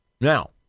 Now